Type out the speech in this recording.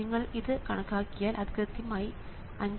നിങ്ങൾ ഇത് കണക്കാക്കിയാൽ അത് കൃത്യമായി 5